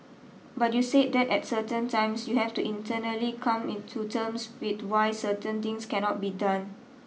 but you said that at certain times you have to internally come in to terms with why certain things cannot be done